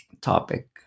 topic